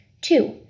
Two